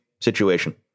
situation